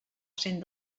cent